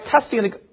testing